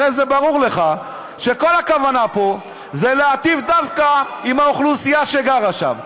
הרי זה ברור לך שכל הכוונה פה זה להיטיב דווקא עם האוכלוסייה שגרה שם.